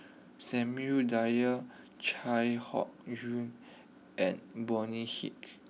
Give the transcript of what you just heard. Samuel Dyer Chai Hon Yoong and Bonny Hicks